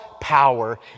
power